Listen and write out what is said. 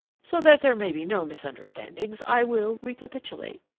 so that there may be no misunderstandings, i will recapitulate.